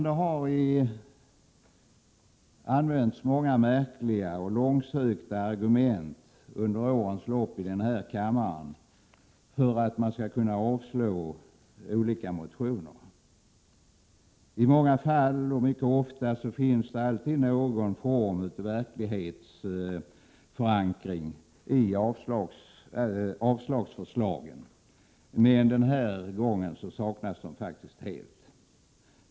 Det har under årens lopp här i kammarens använts många märkliga och långsökta argument för att avslå olika motionskrav. Ofta finns det någon form av verklighetsförankring i avslagsförslagen, men den här gången saknas den Prot. 1987/88:122 faktiskt helt.